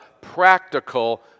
practical